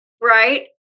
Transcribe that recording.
Right